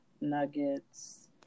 nuggets